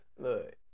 Look